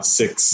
six